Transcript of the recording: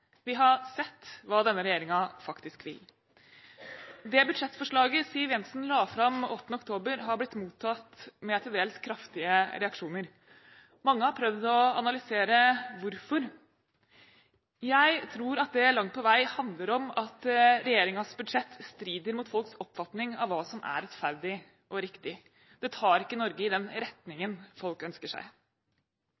Vi har sett hva denne regjeringen faktisk vil. Det budsjettforslaget Siv Jensen la fram 8. oktober, har blitt mottatt med til dels kraftige reaksjoner. Mange har prøvd å analysere hvorfor. Jeg tror at det langt på vei handler om at regjeringens budsjett strider mot folks oppfatning av hva som er rettferdig og riktig. Det tar ikke Norge i den